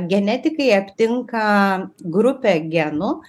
genetikai aptinka grupę genų